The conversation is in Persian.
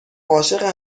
عاشق